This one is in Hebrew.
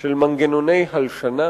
של מנגנוני הלשנה,